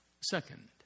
Second